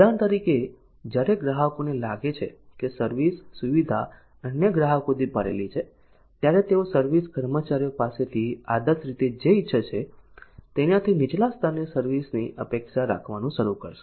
ઉદાહરણ તરીકે જ્યારે ગ્રાહકોને લાગે છે કે સર્વિસ સુવિધા અન્ય ગ્રાહકોથી ભરેલી છે ત્યારે તેઓ સર્વિસ કર્મચારીઓ પાસેથી આદર્શ રીતે જે ઇચ્છે છે તેનાથી નીચલા સ્તરની સર્વિસ ની અપેક્ષા રાખવાનું શરૂ કરશે